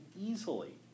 easily